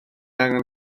angen